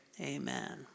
amen